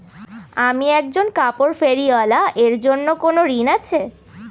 আমি একজন কাপড় ফেরীওয়ালা এর জন্য কোনো ঋণ আছে?